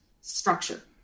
structure